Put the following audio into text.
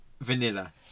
vanilla